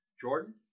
Jordan